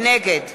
נגד